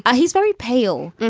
ah he's very pale.